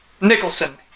Nicholson